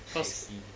I see